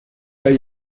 hay